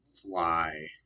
fly